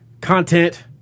content